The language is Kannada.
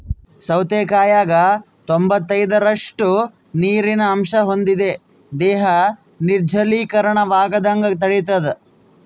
ಸೌತೆಕಾಯಾಗ ತೊಂಬತ್ತೈದರಷ್ಟು ನೀರಿನ ಅಂಶ ಹೊಂದಿದೆ ದೇಹ ನಿರ್ಜಲೀಕರಣವಾಗದಂಗ ತಡಿತಾದ